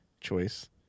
choice